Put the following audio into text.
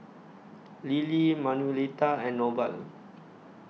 Lilly Manuelita and Norval